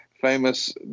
famous